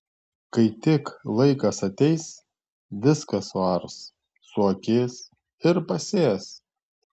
kai tik laikas ateis viską suars suakės ir pasės